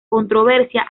controversia